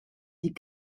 die